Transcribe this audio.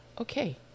okay